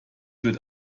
wird